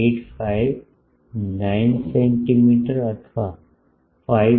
859 centimetre અથવા 5